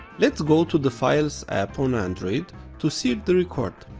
let's go to the files app on android to see the record.